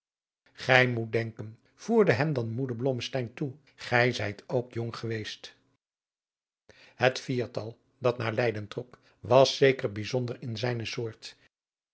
gij moet denken voerde hem dan moeder blommesteyn toe gij zijt ook jong geweest het viertal dat naar leyden trok was zeker bijzonder in zijne soort